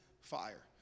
fire